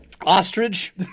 Ostrich